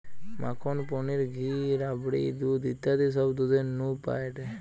মাখন, পনির, ঘি, রাবড়ি, দুধ ইত্যাদি সব দুধের নু পায়েটে